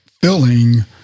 filling